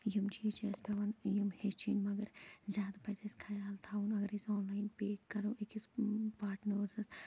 یِم چیٖز چھِ اَسہِ پٮ۪وان یِم ہٮ۪چھِنۍ مگر زیادٕ پَزِ اَسہِ خیال تھاوُن اَگر أسۍ آن لایِن پیٚے کَرَو أکِس پاٹٕنٲرسَس